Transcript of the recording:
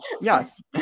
Yes